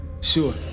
Sure